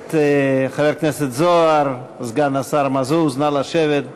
הכנסת זוהר, סגן השר מזוז, נא לשבת.